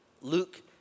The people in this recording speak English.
Luke